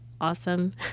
awesome